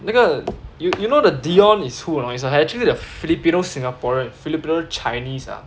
那个 you you know the dion is who or not is actually a filipino singaporean filipino chinese ah